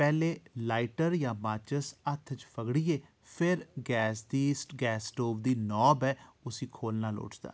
पैह्लें लाइटर जां माचिस हत्थ च फगड़ियै फिर गैस स्टोव दी नाब ऐ उसी खोह्लना लोड़चदा